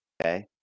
Okay